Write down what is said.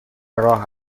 راه